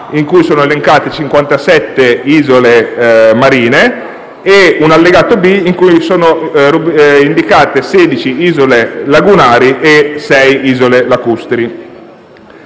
in cui sono elencate 57 isole marine, e l'allegato B, in cui sono indicate 16 isole lagunari e sei isole lacustri.